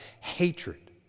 hatred